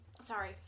sorry